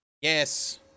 Yes